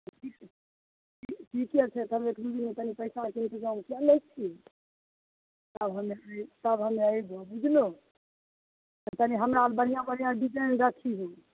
ठीके ठीके छै तब तनि पैसाके इन्तजाम कए लै छियै तब हमे अइ तब हमे अइबो बुझलहो तनि हमरा लए बढ़िआँ बढ़िआँ डिजाइन रखिहैन